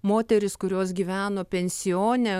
moteris kurios gyveno pensione